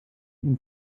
ihren